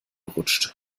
rutscht